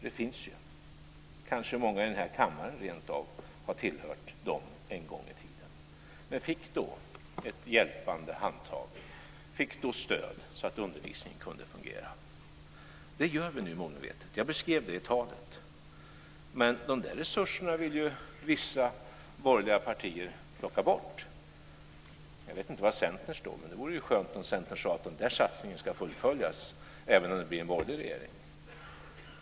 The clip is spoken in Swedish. De finns ju - kanske har många i den här kammaren rentav tillhört dem en gång i tiden, men fick då ett hjälpande handtag och stöd så att undervisningen kunde fungera. Detta gör vi nu målmedvetet. Jag beskrev det i talet. Men dessa resurser vill ju vissa borgerliga partier plocka bort! Jag vet inte var Centern står, men det vore skönt om Centern sade: Den här satsningen ska fullföljas även om det blir en borgerlig regering.